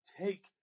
Take